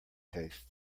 taste